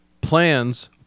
Plans